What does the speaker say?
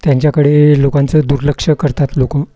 त्यांच्याकडे लोकांचं दुर्लक्ष करतात लोक